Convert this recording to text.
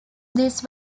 these